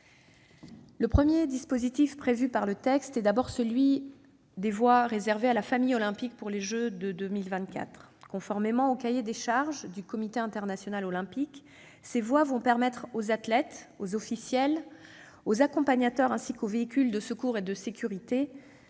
Le premier dispositif prévu par le texte est celui des voies réservées à la « famille olympique » pour les Jeux de 2024. Conformément au cahier des charges du Comité international olympique, ces voies vont permettre aux athlètes, aux officiels, aux accompagnateurs, ainsi qu'aux véhicules de secours et de sécurité